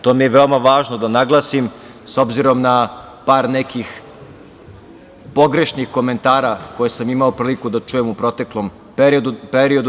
To mi je veoma važno da naglasim, obzirom na par nekih pogrešnih komentara koje sam imao priliku da čujem u proteklom periodu.